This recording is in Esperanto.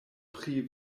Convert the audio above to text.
pri